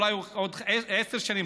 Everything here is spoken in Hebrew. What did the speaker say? אולי בעוד עשר שנים,